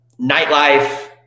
nightlife